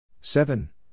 Seven